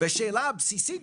ושאלה בסיסית,